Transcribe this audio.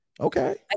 Okay